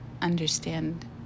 understand